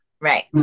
Right